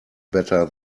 better